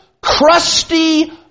crusty